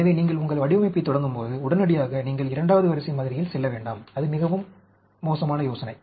எனவே நீங்கள் உங்கள் வடிவமைப்பைத் தொடங்கும்போது உடனடியாக நீங்கள் இரண்டாவது வரிசை மாதிரியில் செல்ல வேண்டாம் அது மிகவும் மோசமான யோசனை